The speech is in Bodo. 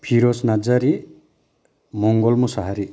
फिरस नारजारि मंगल मशाहारि